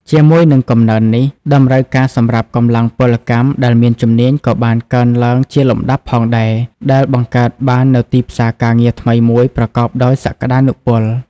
ជាមួយនឹងកំណើននេះ តម្រូវការសម្រាប់កម្លាំងពលកម្មដែលមានជំនាញក៏បានកើនឡើងជាលំដាប់ផងដែរ ដែលបង្កើតបាននូវទីផ្សារការងារថ្មីមួយប្រកបដោយសក្តានុពល។